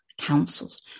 Counsels